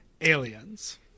aliens